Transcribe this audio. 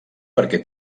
perquè